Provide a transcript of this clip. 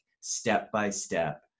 step-by-step